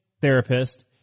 therapist